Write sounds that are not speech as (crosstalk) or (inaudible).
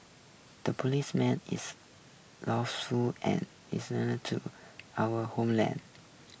the policeman is (unintelligible) and (unintelligible) to our homeland